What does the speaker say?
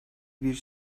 bir